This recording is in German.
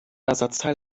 ersatzteil